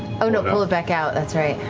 oh no, pull it back out, that's right.